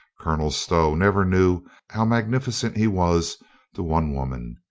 colonel stow never knew how magnificent he was to one woman.